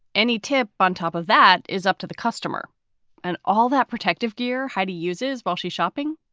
any tip on top of that is up to the customer and all that protective gear heidi uses while she's shopping.